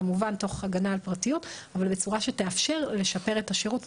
כמובן תוך הגנה על פרטיות אבל בצורה שתאפשר לשפר את השירות,